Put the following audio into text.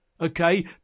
Okay